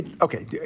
okay